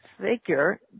figure